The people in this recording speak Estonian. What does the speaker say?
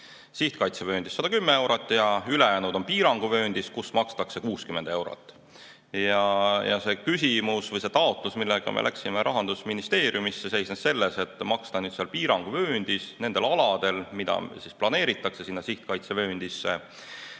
sihtkaitsevööndis 110 eurot ja ülejäänud on piiranguvööndis, kus makstakse 60 eurot. See küsimus või taotlus, millega me läksime Rahandusministeeriumisse, seisnes selles, et maksta piiranguvööndis nendel aladel, mida planeeritakse sinna sihtkaitsevööndisse,